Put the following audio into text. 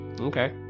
Okay